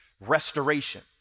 restoration